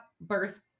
birth